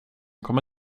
komma